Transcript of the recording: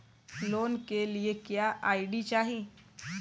Loan के लिए क्या आई.डी चाही?